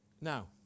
Now